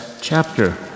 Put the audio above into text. chapter